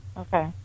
Okay